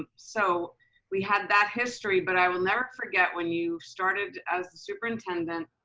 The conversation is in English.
ah so we had that history. but i will never forget when you started as superintendent,